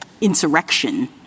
insurrection